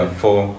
four